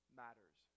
matters